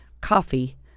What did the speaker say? coffee